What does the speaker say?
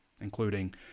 including